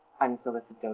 unsolicited